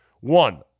One